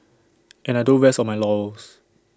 and I don't rest on my laurels